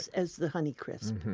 as as the honeycrisp.